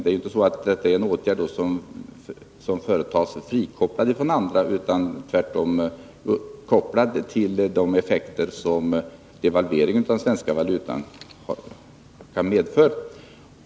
Den är inte någonting som företas frikopplat från andra åtgärder, utan den åtgärden är tvärtom kopplad till de effekter som devalveringen av den svenska valutan kan medföra.